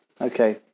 Okay